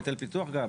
או היטל פיתוח גם.